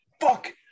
fuck